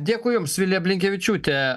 dėkui jums vilija blinkevičiūtė